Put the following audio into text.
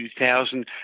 2000